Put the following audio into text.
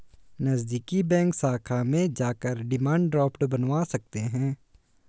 नज़दीकी बैंक शाखा में जाकर डिमांड ड्राफ्ट बनवा सकते है